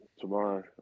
tomorrow